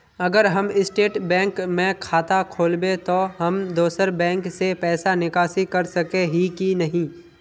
अगर हम state bank में खाता खोलबे तो हम दोसर बैंक से पैसा निकासी कर सके ही की नहीं?